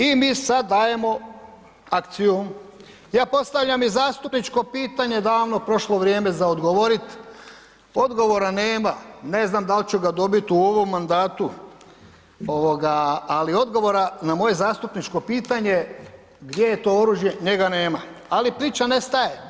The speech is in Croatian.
I mi sad dajemo akciju, ja postavljam i zastupničko pitanje davno prošlo vrijeme za odgovorit, odgovora nema, ne znam dal ću ga dobit u ovom mandatu, ali odgovora na moje zastupničko pitanje gdje je to oružje, njega nema, ali priča nestaje.